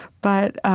but